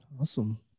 Awesome